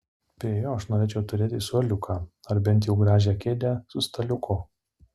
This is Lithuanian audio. prie jo aš norėčiau turėti suoliuką ar bent jau gražią kėdę su staliuku